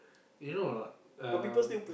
you know or not um